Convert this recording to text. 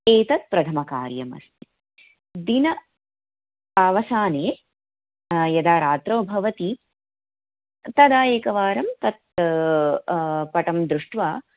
एतत् प्रथमकार्यमस्ति दिन अवसाानं यदा रात्रौ भवति तदा एकवारं तत् पटं दृष्ट्वा